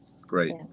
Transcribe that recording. Great